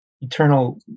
eternal